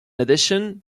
addition